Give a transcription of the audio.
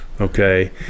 Okay